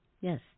Yes